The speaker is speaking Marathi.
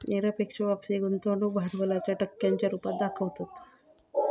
निरपेक्ष वापसी गुंतवणूक भांडवलाच्या टक्क्यांच्या रुपात दाखवतत